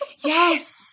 Yes